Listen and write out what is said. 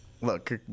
Look